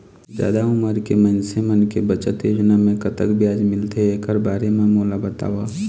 जादा उमर के मइनसे मन के बचत योजना म कतक ब्याज मिलथे एकर बारे म मोला बताव?